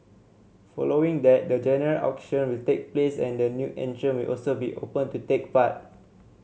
following that the general auction will take place and the new entrant will also be open to take part